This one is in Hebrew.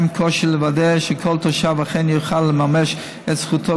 קושי לוודא שכל תושב אכן יוכל לממש את זכותו,